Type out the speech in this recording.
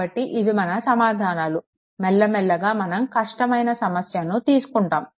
కాబట్టి ఇవి మన సమాధానాలు మెల్ల మెల్లగా మనం కష్టమైన సమస్యను తీసుకుంటాము